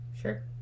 Sure